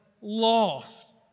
lost